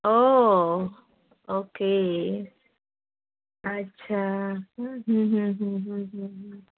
ओह okay अच्छा